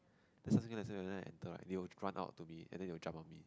then start lesson right when I enter right they will run out to me and then they will jump on me